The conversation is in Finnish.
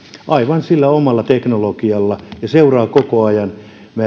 aivan sillä omalla teknologiallaan ja seuraavat koko ajan